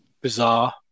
bizarre